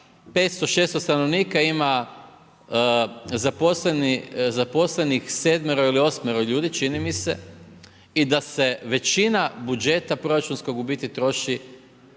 500-600 st. ima zaposlenih 7 ili 8 ljudi, čini mi se i da se većina budžeta proračunskog trošak,